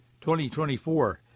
2024